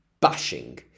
bashing